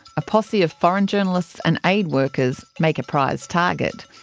a posse of foreign journalists and aid workers make a prize target.